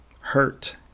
hurt